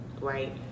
right